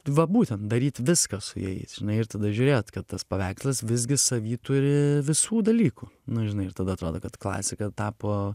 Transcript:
va būtent daryt viską su jais žinai ir tada žiūrėt kad tas paveikslas visgi savy turi visų dalykų na žinai ir tada atrodo kad klasika tapo